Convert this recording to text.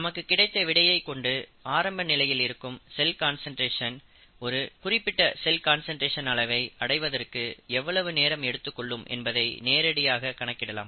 நமக்கு கிடைத்த விடையைக் கொண்டு ஆரம்ப நிலையில் இருக்கும் செல் கான்சன்ட்ரேஷன் ஒரு குறிப்பிட்ட செல் கான்சன்ட்ரேஷன் அளவை அடைவதற்கு எவ்வளவு நேரம் எடுத்துக் கொள்ளும் என்பதை நேரடியாக கணக்கிடலாம்